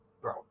bro